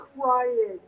crying